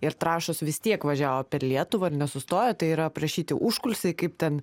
ir trąšos vis tiek važiavo per lietuvą ir nesustojo tai yra aprašyti užkulisiai kaip ten